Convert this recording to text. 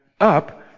up